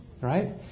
right